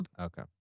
Okay